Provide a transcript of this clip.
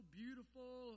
beautiful